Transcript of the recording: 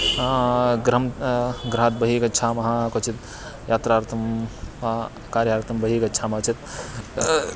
नगृहं गृहात् बहिः गच्छामः क्वचित् यात्रार्थं कार्यार्थं बहिः गच्छामः चेत्